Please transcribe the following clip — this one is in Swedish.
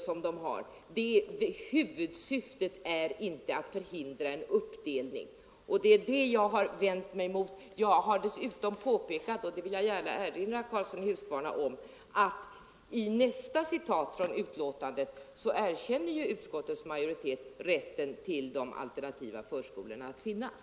Vad jag har vänt mig mot är påståendet att vårt huvudsyfte skulle vara att förhindra en uppdelning. Dessutom har jag påpekat — och det vill jag gärna erinra herr Karlsson i Huskvarna om -— att i nästa citat från betänkandet erkänner utskottets majoritet de alternativa förskolornas rätt att finnas.